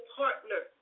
partner